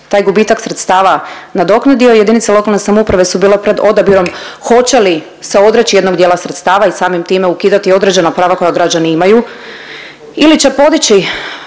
taj gubitak sredstava nadoknadio, jedinice lokalne samouprave su bile pred odabirom hoće li se odreći jednog dijela sredstava i samim time ukidati određena prava koja građani imaju